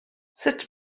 sut